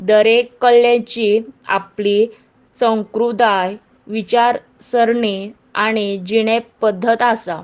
दरेक कलेची आपली संकृताय विचार सरणी आनी जिणे पद्दत आसा